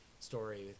Story